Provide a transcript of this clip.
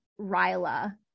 ryla